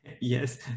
Yes